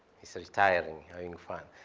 he's retired and having fun.